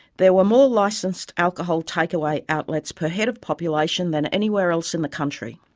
there were more licensed alcohol takeaway outlets per head of population than anywhere else in the country.